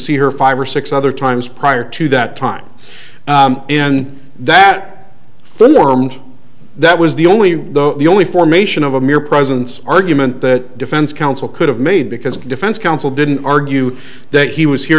see her five or six other times prior to that time in that fund armed that was the only the only formation of a mere presence argument that defense counsel could have made because defense counsel didn't argue that he was here